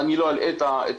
אני לא אלאה את הנוכחים.